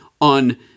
on